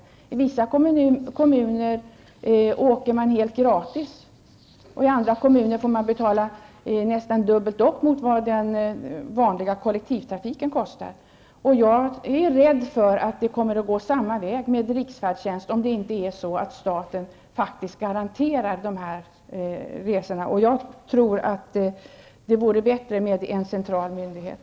I vissa kommuner åker man helt gratis, och i andra kommuner får man betala nästan dubbelt så mycket som det kostar i vanlig kollektivtrafik. Jag är rädd för att det kommer att gå samma väg med riksfärdtjänsten, om inte staten garanterar dessa resor. Jag tror att det vore bättre med en central myndighet.